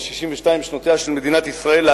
ו-62 שנותיה של מדינת ישראל בתוכן,